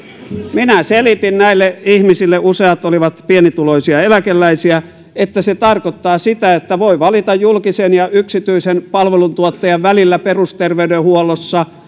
minä selitin näille ihmisille useat olivat pienituloisia eläkeläisiä että se tarkoittaa sitä että voi valita julkisen ja yksityisen palveluntuottajan väliltä perusterveydenhuollossa